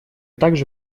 также